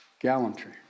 gallantry